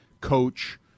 coach